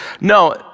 No